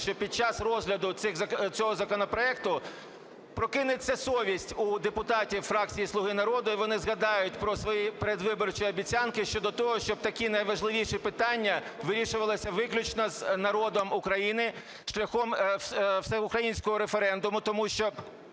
що під час розгляду цього законопроекту прокинеться совість у депутатів фракції "Слуга народу", і вони згадають про свої передвиборчі обіцянки щодо того, щоб такі найважливіші питання вирішувалися виключно з народом України шляхом всеукраїнського референдуму. Тому що